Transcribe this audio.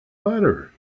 butter